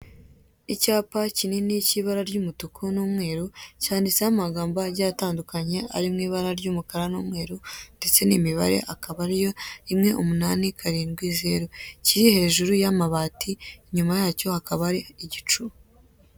Icyapa kinini cy'ibara ry'umutuku n'umweri, cyanditseho amagambo agiye atandukanye, ari mu ibara ry'umukara n'umweru, ndetse n'imibare, akaba ari yo: 1870. Kiri hejuru y'amabati, inyuma yacyo hakaba hari igicu.